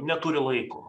neturi laiko